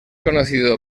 conocido